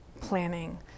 planning